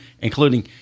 including